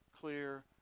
clear